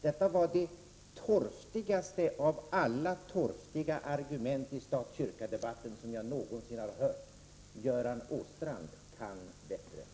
Detta var det torftigaste av alla torftiga argument i stat-kyrka-debatten som jag någonsin har hört. Göran Åstrand kan bättre!